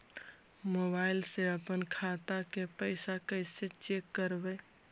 Mobile से अपन खाता के पैसा कैसे चेक करबई?